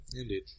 Indeed